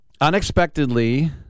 unexpectedly